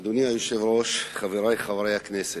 אדוני היושב-ראש, חברי חברי הכנסת,